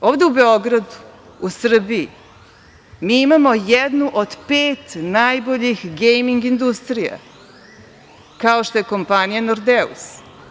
Ovde u Beogradu, u Srbiji, mi imamo jednu od pet najboljih gejming industrija, kao što je kompanija „Nordeus“